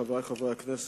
חברי חברי הכנסת,